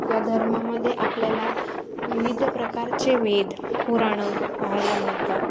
या धर्मामध्ये आपल्याला विविध प्रकारचे वेद पुराणं पाहायला मिळतात